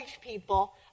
people